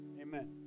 Amen